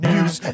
News